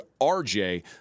RJ